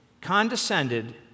condescended